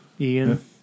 Ian